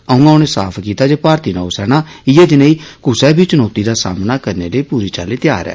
उआं उनें साफ कीता जे भारतीय नौसेना इयै जनेही कूसै बी चूर्नोती दा सामना करने लेई पूरी चाल्ली तैयार ऐ